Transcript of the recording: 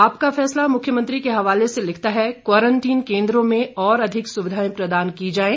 आपका फैसला मुख्यमंत्री के हवाले से लिखता है क्वारंटीन केन्द्रों में और अधिक सुविधाएं प्रदान की जाएं